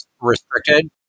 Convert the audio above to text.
restricted